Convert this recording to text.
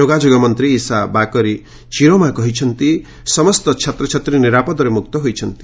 ଯୋଗାଯୋଗ ମନ୍ତ୍ରୀ ଇଶା ବାକାରୀ ଚିରୋମା କହିଛନ୍ତି ସମସ୍ତ ଛାତ୍ରଛାତ୍ରୀ ନିରାପଦରେ ମୁକ୍ତ ହୋଇଛନ୍ତି